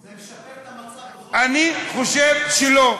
זה משפר את המצב בכל, אני חושב שלא.